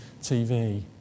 TV